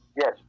Yes